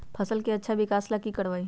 फसल के अच्छा विकास ला की करवाई?